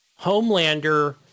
Homelander